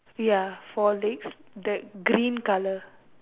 ya four legs that green colour